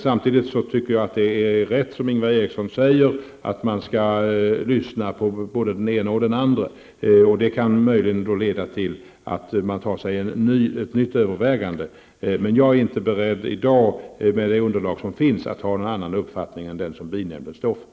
Samtidigt är det rätt, som Ingvar Eriksson säger, att man skall lyssna på både den ene och den andre. Det kan möjligen leda till att man gör ett nytt övervägande. Jag är inte i dag, med det underlag som finns, beredd att ha någon annan uppfattning än den som binämnden står för.